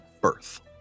birth